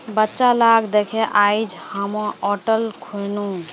बच्चा लाक दखे आइज हामो ओट्स खैनु